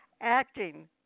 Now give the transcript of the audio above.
acting